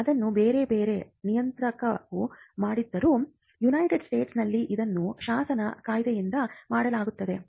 ಇದನ್ನು ಬೇರೆ ಬೇರೆ ನಿಯಂತ್ರಕರು ಮಾಡಿದರೂ ಯುಎಸ್ನಲ್ಲಿ ಇದನ್ನು ಶಾಸನ ಕಾಯ್ದೆಯಿಂದ ಮಾಡಲಾಗುತ್ತದೆ